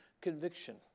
conviction